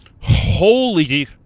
Holy